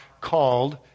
called